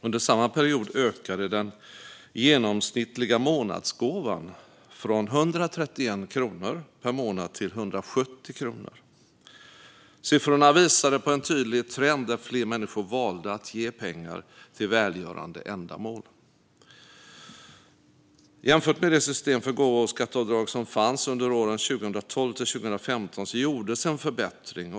Under samma period ökade den genomsnittliga månadsgåvan från 131 kronor per månad till 170 kronor per månad. Siffrorna visade på en tydlig trend där fler människor valde att ge pengar till välgörande ändamål. Jämfört med det system för gåvoskatteavdrag som fanns under åren 2012-2015 gjordes en förbättring.